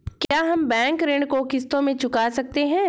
क्या हम बैंक ऋण को किश्तों में चुका सकते हैं?